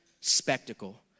spectacle